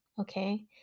okay